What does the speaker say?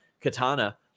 Katana